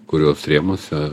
kurios rėmuose